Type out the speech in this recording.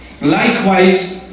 Likewise